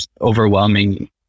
overwhelming